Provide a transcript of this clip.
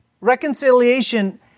reconciliation